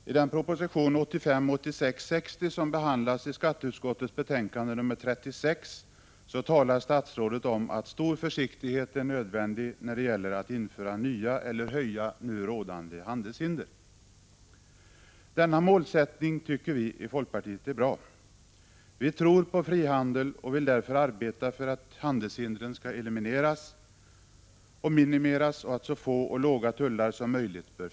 Herr talman! I proposition 1985/86:60 som behandlas i skatteutskottets betänkande nr 36 talar statsrådet om att stor försiktighet är nödvändig när det gäller att införa nya handelshinder eller öka de nu rådande. Denna målsättning tycker vi i folkpartiet är bra. Vi tror på frihandel och vill därför arbeta för att handelshindren minimeras. De tullar som finns bör vara så få och låga som möjligt.